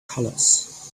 colors